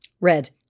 Red